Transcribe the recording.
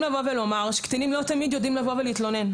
לבוא ולומר שקטינים לא תמיד יודעים לבוא ולהתלונן.